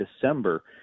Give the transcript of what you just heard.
december